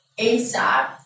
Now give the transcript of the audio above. ASAP